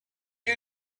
you